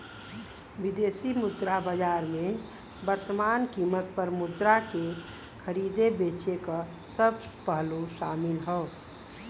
विदेशी मुद्रा बाजार में वर्तमान कीमत पर मुद्रा के खरीदे बेचे क सब पहलू शामिल हौ